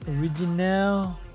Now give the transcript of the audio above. Original